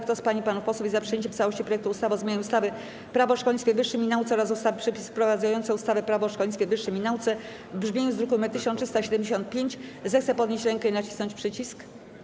Kto z pań i panów posłów jest za przyjęciem w całości projektu ustawy o zmianie ustawy - Prawo o szkolnictwie wyższym i nauce oraz ustawy - Przepisy wprowadzające ustawę - Prawo o szkolnictwie wyższym i nauce, w brzmieniu z druku nr 1375, zechce podnieść rękę i nacisnąć przycisk.